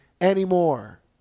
anymore